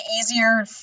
easier